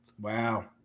Wow